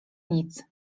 nic